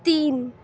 تین